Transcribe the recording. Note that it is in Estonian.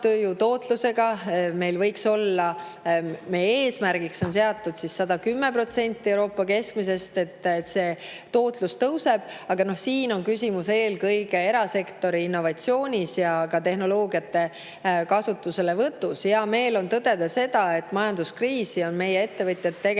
keskmisest madalam. Meie eesmärgiks on seatud 110% Euroopa keskmisest. Tootlikkus tõusebki, aga siin on küsimus eelkõige erasektori innovatsioonis ja ka tehnoloogiate kasutuselevõtus. Hea meel on tõdeda, et majanduskriisi on meie ettevõtjad tegelikult